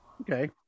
Okay